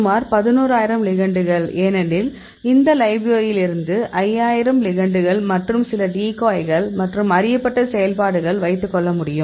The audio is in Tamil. சுமார் 11000 லிகெண்டுகள் ஏனெனில் இந்த லைப்ரரியிலிருந்து 5000 லிகெண்டுகள் மற்றும் சில டிகாய்கள் மற்றும் அறியப்பட்ட செயல்பாடுகள் வைத்துக் கொள்ள முடியும்